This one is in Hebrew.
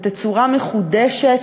בתצורה מחודשת,